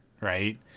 right